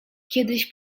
kiedyś